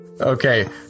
Okay